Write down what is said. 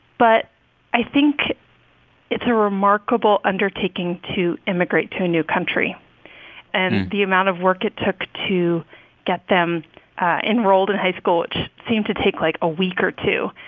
but i think it's a remarkable undertaking to immigrate to a new country and the amount of work it took to get them enrolled in high school, which seemed to take, like, a week or two,